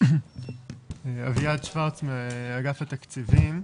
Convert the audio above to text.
אביעד שוורץ מאגף התקציבים,